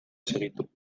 segitu